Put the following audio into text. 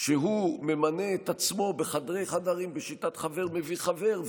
שממנה את עצמו בחדרי-חדרים בשיטת חבר מביא חבר,